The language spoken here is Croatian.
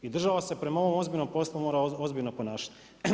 I država se prema ovom ozbiljnom poslu mora ozbiljno ponašati.